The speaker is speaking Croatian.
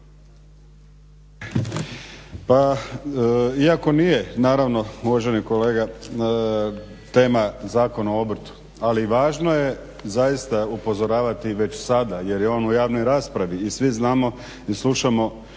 Pa iako nije, naravno uvaženi kolega tema Zakon o obrtu ali važno je zaista upozoravati već sada jer je on u javnoj raspravi i svi znamo i slušamo